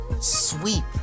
sweep